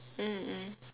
mm mm